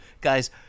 Guys